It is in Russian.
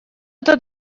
это